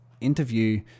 interview